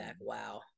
wow